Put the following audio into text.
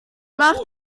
macht